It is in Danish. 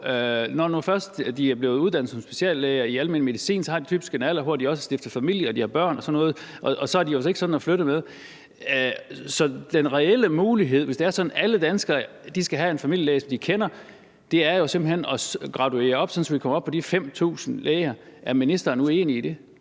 Når nu de først er blevet uddannet som speciallæger i almen medicin, så har de typisk også en alder, hvor de har stiftet familie, og de har børn og sådan noget, og så er de jo altså ikke sådan at flytte med. Så den reelle mulighed, hvis det er sådan, at alle danskere skal have en familielæge, som de kender, er jo simpelt hen at graduere det op, sådan at vi kommer op på de 5.000 læger. Er ministeren uenig i det?